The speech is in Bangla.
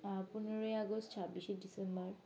পনেরোই আগস্ট ছাব্বিশে ডিসেম্বর